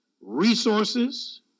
resources